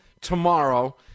tomorrow